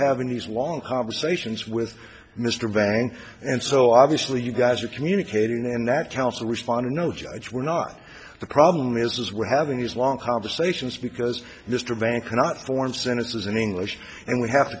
have a nice long conversations with mr vang and so obviously you guys are communicating and that counsel responded no judge we're not the problem is we're having these long conversations because mr van cannot form sentences in english and we have